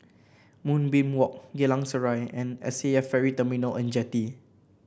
Moonbeam Walk Geylang Serai and S A F Ferry Terminal and Jetty